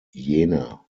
jena